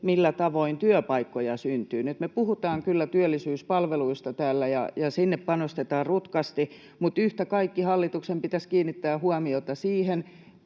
millä tavoin työpaikkoja syntyy. Nyt me puhutaan kyllä työllisyyspalveluista täällä ja sinne panostetaan rutkasti, mutta yhtä kaikki hallituksen pitäisi kiinnittää huomiota siihen,